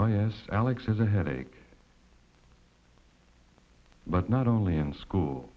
oh yes alex has a headache but not only in school